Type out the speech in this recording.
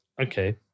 okay